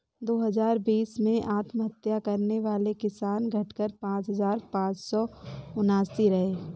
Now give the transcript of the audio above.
दो हजार बीस में आत्महत्या करने वाले किसान, घटकर पांच हजार पांच सौ उनासी रहे